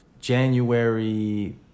January